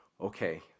okay